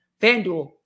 FanDuel